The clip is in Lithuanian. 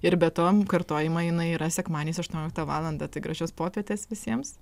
ir be to kartojama jinai yra sekmadienis aštuonioliktą valandą tai gražios popietės visiems